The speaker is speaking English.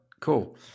Cool